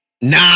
nah